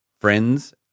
friends